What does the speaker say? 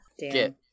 get